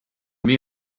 met